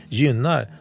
gynnar